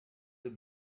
have